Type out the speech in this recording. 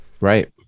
Right